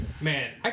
Man